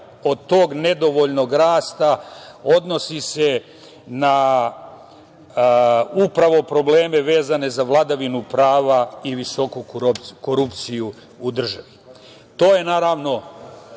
od tog nedovoljnog rasta odnosi se na upravo probleme vezane za vladavinu prava i visoku korupciju u državi. To je, naravno,